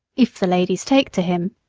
if the ladies take to him,